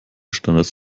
standards